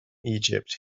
egypt